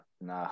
no